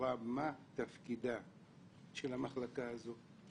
בקצרה מה תפקידה של המחלקה הזאת?